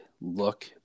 look